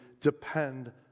depend